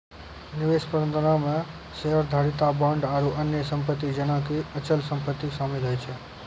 निवेश प्रबंधनो मे शेयरधारिता, बांड आरु अन्य सम्पति जेना कि अचल सम्पति शामिल होय छै